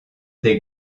des